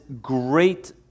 great